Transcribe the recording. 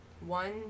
one